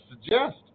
suggest